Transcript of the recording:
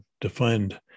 defined